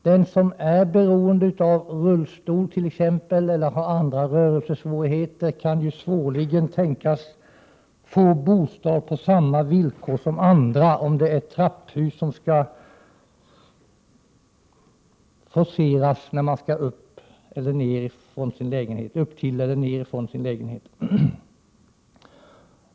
Den som är beroende av t.ex. rullstol eller den som har rörelsesvårigheter av något slag kan svårligen tänkas få bostad på samma villkor som andra, om han eller hon skall forcera trapphus för att kunna ta sig upp till eller ned från sin lägenhet.